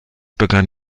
begann